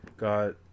Got